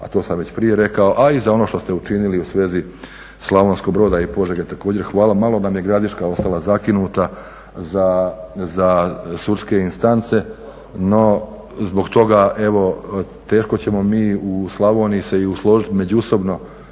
a to sam već prije rekao, a i za ono što ste učinili u svezi Slavonskog Broda i Požege također, hvala. Malo nam je Gradiška ostala zakinuta za sudske distance, no zbog toga evo teško ćemo mi u Slavoniji se i usložiti međusobno